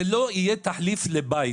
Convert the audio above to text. זה לא יהיה תחליף לבית.